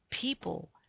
people